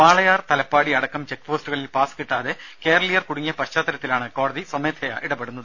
വാളയാർ തലപ്പാടി അടക്കം ചെക്പോസ്റ്റുകളിൽ പാസ് കിട്ടാതെ കേരളീയർ കുടുങ്ങിയ പശ്ചാത്തലത്തിലാണ് കോടതി സ്വമേധയാ ഇടപെടുന്നത്